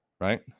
right